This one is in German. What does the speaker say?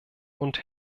und